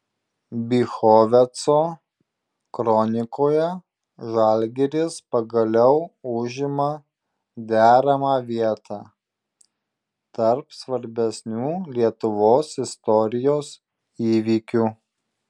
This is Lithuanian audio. bychoveco kronikoje žalgiris pagaliau užima deramą vietą tarp svarbesnių lietuvos istorijos įvykių